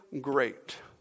great